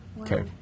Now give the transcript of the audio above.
Okay